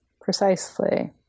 Precisely